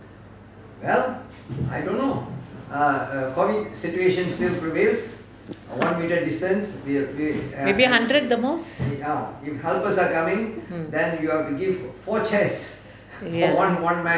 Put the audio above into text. maybe hundred the most mm